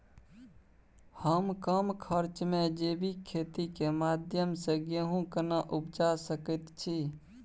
हम कम खर्च में जैविक खेती के माध्यम से गेहूं केना उपजा सकेत छी?